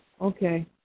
Okay